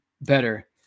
better